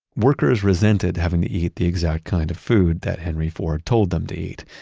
workers resented having to eat the exact kind of food that henry ford told them to eat.